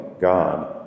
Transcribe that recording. God